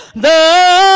the